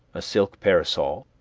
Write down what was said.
a silk parasol,